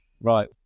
Right